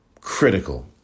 critical